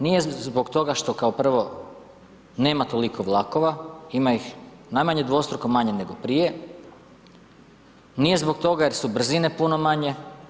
Nije zbog toga što kao prvo nema toliko vlakova, ima ih najmanje dvostruko manje nego prije, nije zbog toga jer su brzine puno manje.